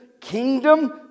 kingdom